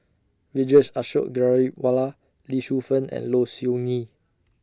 Vijesh Ashok Ghariwala Lee Shu Fen and Low Siew Nghee